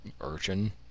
urchin